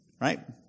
Right